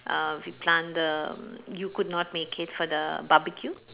uh we plan the you could not make it for the barbecue